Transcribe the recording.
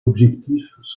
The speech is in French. objectifs